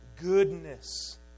goodness